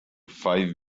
five